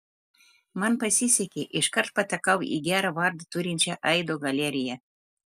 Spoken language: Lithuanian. man pasisekė iškart patekau į gerą vardą turinčią aido galeriją